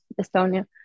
estonia